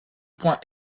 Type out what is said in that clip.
point